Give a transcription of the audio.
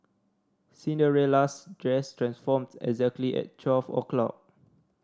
Cinderella's dress transformed exactly at twelve o'clock